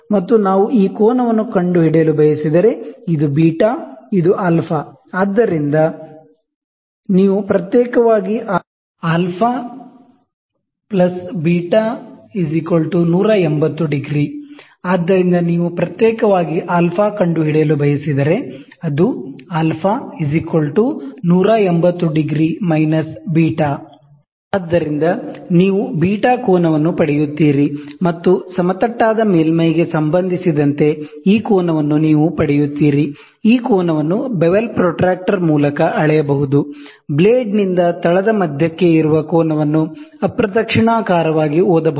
ಮತ್ತು ನಾವು ಈ ಕೋನವನ್ನು ಕಂಡುಹಿಡಿಯಲು ಬಯಸಿದರೆ ಇದು β ಇದು α ಆದ್ದರಿಂದ αβ180 ° ಆದ್ದರಿಂದ ನೀವು ಪ್ರತ್ಯೇಕವಾಗಿ α ಕಂಡುಹಿಡಿಯಲು ಬಯಸಿದರೆ ಅದು α180 °−β ಆದ್ದರಿಂದ ನೀವು β ಆಂಗಲ್ ನ್ನು ಪಡೆಯುತ್ತೀರಿ ಮತ್ತು ಸಮತಟ್ಟಾದ ಮೇಲ್ಮೈಗೆ ಸಂಬಂಧಿಸಿದಂತೆ ಈ ಆಂಗಲ್ ನ್ನು ನೀವು ಪಡೆಯುತ್ತೀರಿ ಈ ಕೋನವನ್ನು ಬೆವೆಲ್ ಪ್ರೊಟ್ರಾಕ್ಟರ್ ಮೂಲಕ ಅಳೆಯಬಹುದು ಬ್ಲೇಡ್ನಿಂದ ತಳದ ಮಧ್ಯಕ್ಕೆ ಇರುವ ಕೋನವನ್ನು ಆಂಟಿ ಕ್ಲೋಕ್ವೈಸ್ ಆಗಿ ಓದಬಹುದು